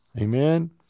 Amen